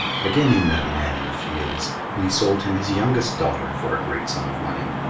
again he met a man in the fields, and he sold him his youngest daughter for a great sum of money.